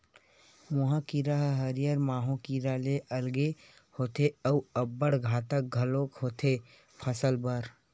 मोहा कीरा ह हरियर माहो कीरा ले अलगे होथे अउ अब्बड़ घातक घलोक होथे फसल बर